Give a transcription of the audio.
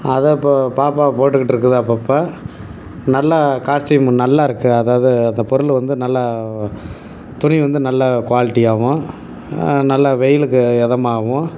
அதை இப்போது பாப்பா போட்டுக்கிட்டு இருக்குது அப்பப்போ நல்லா காஸ்ட்டியூம் நல்லாருக்குது அதாவது அந்தப் பொருள் வந்து நல்ல துணி வந்து நல்ல க்வாலிட்டியாகவும் நல்ல வெயிலுக்கு இதமாவும்